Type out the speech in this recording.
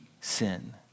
sin